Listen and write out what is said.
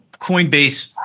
Coinbase